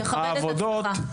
תכבד את עצמך.